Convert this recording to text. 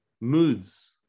moods